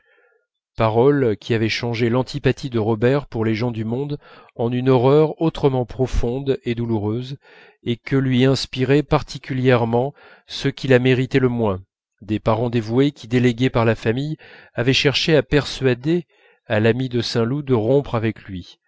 paroles qui avaient changé l'antipathie de robert pour les gens du monde en une horreur autrement profonde et douloureuse et que lui inspiraient particulièrement ceux qui la méritaient le moins des parents dévoués qui délégués par la famille avaient cherché à persuader à l'amie de saint loup de rompre avec lui